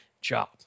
job